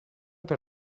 per